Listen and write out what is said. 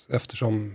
eftersom